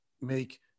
make